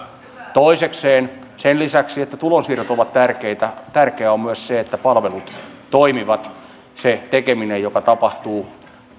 toisekseen sen lisäksi että tulonsiirrot ovat tärkeitä tärkeää on myös se että palvelut toimivat se tekeminen joka tapahtuu